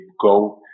go